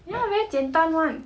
ya 简单 [one]